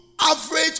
Average